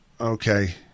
okay